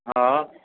हा